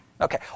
Okay